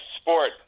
sport